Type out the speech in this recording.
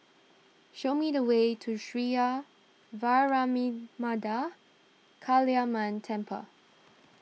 show me the way to Sria Vairavimada Kaliamman Temple